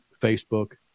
Facebook